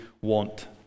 want